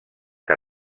que